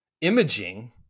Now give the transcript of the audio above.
imaging